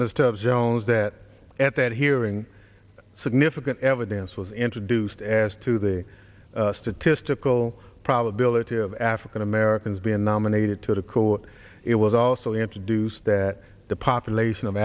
mr jones that at that hearing significant evidence was introduced as to the statistical probability of african americans being nominated to the court it was also introduced that the population of